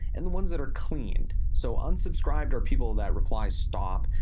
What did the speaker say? and the ones that are cleaned. so unsubscribed are people that reply stop,